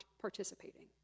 participating